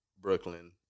Brooklyn